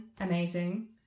amazing